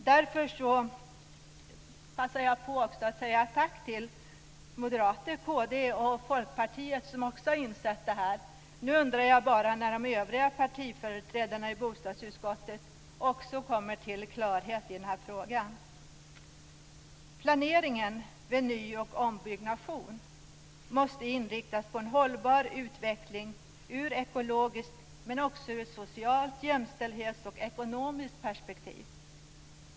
Därför passar jag på att säga tack till moderaterna, kristdemokraterna och folkpartisterna som också har insett detta. Nu undrar jag bara när de övriga partiföreträdarna i bostadsutskottet också kommer till klarhet i frågan. Planeringen vid ny och ombyggnation måste inriktas på en hållbar utveckling i ett ekologiskt perspektiv, men också i ett socialt perspektiv, i ett jämställdhetsperspektiv och i ett ekonomiskt perspektiv.